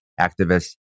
activists